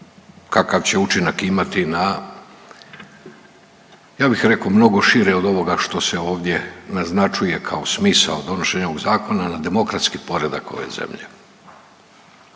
kakav će učinak imati na ja bih rekao mnogo šire od ovoga što se ovdje naznačuje kao smisao donošenja ovog zakona, na demokratski poredak ove zemlje.